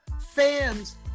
fans